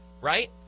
right